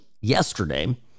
yesterday